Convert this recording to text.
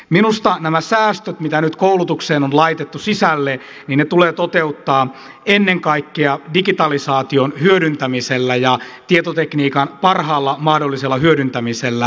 minusta nämä säästöt mitä nyt koulutukseen on laitettu sisälle tulee toteuttaa ennen kaikkea digitalisaation hyödyntämisellä ja tietotekniikan parhaalla mahdollisella hyödyntämisellä